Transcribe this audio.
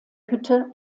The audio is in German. hütte